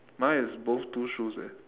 mine is both two shoes eh